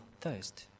thirst